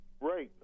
right